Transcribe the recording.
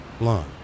Long